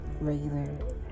regular